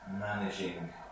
managing